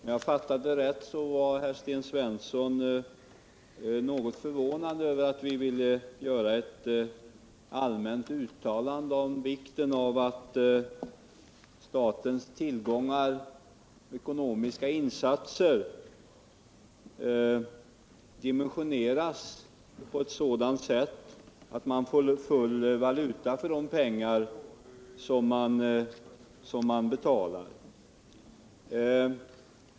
Herr talman! Om jag fattade rätt var Sten Svensson något förvånad över att vi ville göra ett allmänt uttalande om vikten av att statens tillgångar och ekonomiska insatser dimensioneras på ett sådant sätt att man får full valuta för de pengar som man betalar.